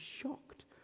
shocked